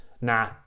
nah